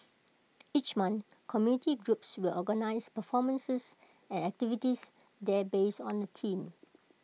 each month community groups will organise performances and activities there based on A theme